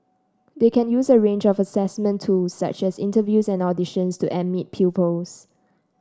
they can use a range of assessment tools such as interviews and auditions to admit pupils